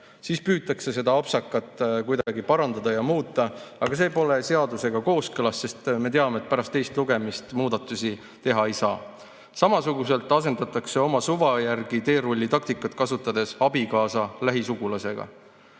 Siis püütakse seda apsakat kuidagi parandada ja muuta, aga see pole seadusega kooskõlas, sest me teame, et pärast teist lugemist muudatusi teha ei saa. Samasuguselt asendatakse oma suva järgi teerullitaktikat kasutades sõna "abikaasa"